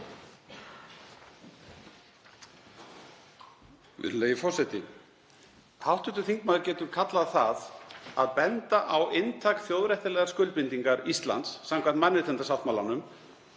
Virðulegi forseti. Hv. þingmaður getur kallað það að benda á inntak þjóðréttarlegrar skuldbindingar Íslands samkvæmt mannréttindasáttmálanum,